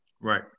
right